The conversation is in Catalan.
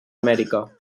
amèrica